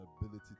Ability